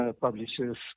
publishers